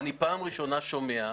אני פעם ראשונה שומע,